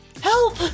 help